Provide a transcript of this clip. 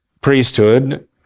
priesthood